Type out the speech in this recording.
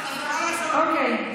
אוקיי,